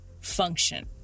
function